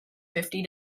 fifty